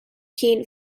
keen